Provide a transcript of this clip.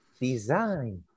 design